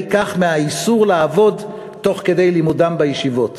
כך מהאיסור לעבוד תוך כדי לימודם בישיבות.